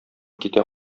китә